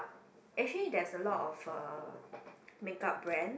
actually there's a lot of uh makeup brand